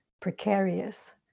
precarious